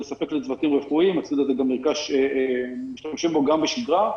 לספק לצוותים רפואיים שמשתמשים בו גם בשגרה.